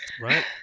Right